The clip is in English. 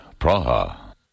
Praha